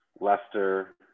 Leicester